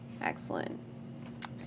Excellent